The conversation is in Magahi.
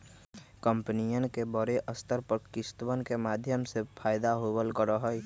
कम्पनियन के बडे स्तर पर किस्तवन के माध्यम से फयदा होवल करा हई